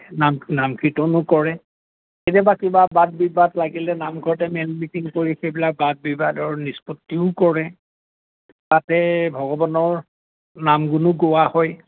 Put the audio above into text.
নাম নাম কীৰ্তনো কৰে কেতিয়াবা কিবা বাদ বিবাদ লাগিলে নামঘৰতে মেল মিটিং কৰি সেইবিলাক বাদ বিবাদৰ নিষ্পত্তিও কৰে তাতে ভগৱানৰ নাম গুণো গোৱা হয়